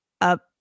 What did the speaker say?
up